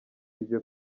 iryo